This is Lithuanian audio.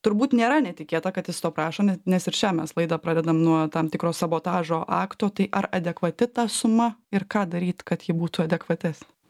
turbūt nėra netikėta kad jis to prašo ne nes ir šian mes laidą pradedam nuo tam tikro sabotažo akto tai ar adekvati ta suma ir ką daryt kad ji būtų adekvatesnė